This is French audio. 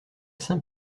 saint